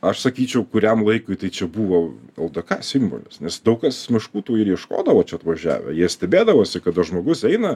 aš sakyčiau kuriam laikui tai čia buvo ldk simbolis nes daug kas meškų tų ir ieškodavo čia atvažiavę jie stebėdavosi kada žmogus eina